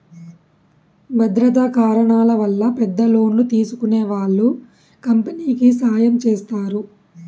భద్రతా కారణాల వల్ల పెద్ద లోన్లు తీసుకునే వాళ్ళు కంపెనీకి సాయం చేస్తారు